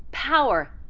power,